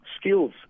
skills